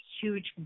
huge